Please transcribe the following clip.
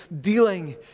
dealing